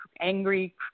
angry